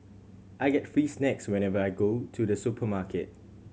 I get free snacks whenever I go to the supermarket